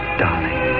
darling